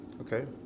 Okay